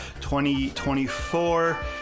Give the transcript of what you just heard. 2024